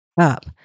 up